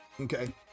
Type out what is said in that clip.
Okay